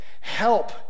Help